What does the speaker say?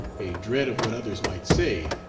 a dread of what others might say,